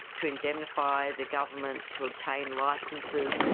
to indemnify the government, to obtain licenses,